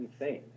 insane